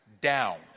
Down